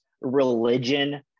religion